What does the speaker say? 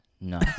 No